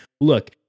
look